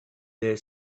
their